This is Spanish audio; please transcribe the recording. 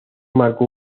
marcó